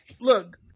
look